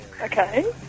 Okay